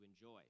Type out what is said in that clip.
enjoy